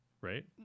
Right